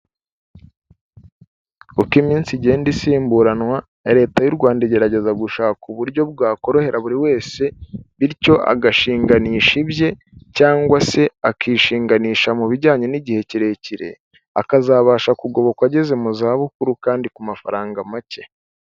Uko iminsi igenda isimburanwa leta y'u Rwanda igerageza gushaka uburyo bwakorohera buri wese bityo agashinganisha ibye cyangwa se akishinganisha mu bijyanye n'igihe kirekire, akazabasha kugobokwa ageze mu zabukuru kandi ku mafaranga make.